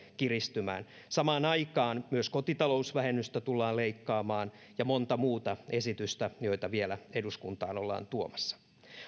kiristymään samaan aikaan myös kotitalousvähennystä tullaan leikkaamaan ja on monta muuta esitystä joita vielä eduskuntaan ollaan tuomassa